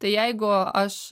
tai jeigu aš